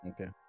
Okay